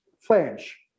flange